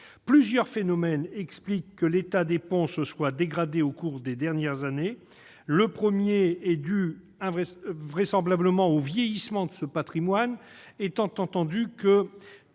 Plusieurs phénomènes expliquent que l'état des ponts se soit dégradé au cours des dernières années. Le premier, c'est vraisemblablement le vieillissement de ce patrimoine. Comme toutes